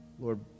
Lord